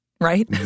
right